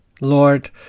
Lord